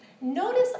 notice